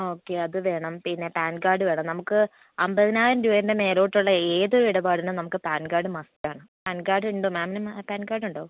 okay അത് വേണം പിന്നെ പാൻ കാർഡ് വേണം നമുക്ക് അൻപതിനായിരം രൂപേൻ്റെ മേലോട്ടുള്ള ഏത് ഇടപാടിനും നമുക്ക് പാൻ കാർഡ് മസ്റ്റ് ആണ് പാൻ കാർഡ് ഉണ്ടോ മാമിന് പാൻ കാർഡ് ഉണ്ടോ